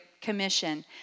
Commission